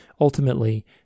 ultimately